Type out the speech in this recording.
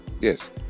Yes